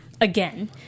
again